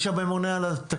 יש את הממונה על התקציבים,